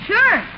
Sure